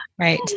Right